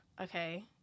okay